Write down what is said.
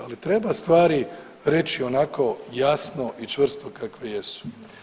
Ali treba stvari reći onako jasno i čvrsto kakve jesu.